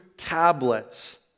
tablets